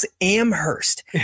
Amherst